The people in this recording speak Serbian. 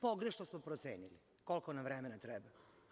Pogrešno smo procenili koliko nam vremena treba.